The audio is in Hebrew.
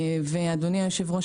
אדוני היושב-ראש,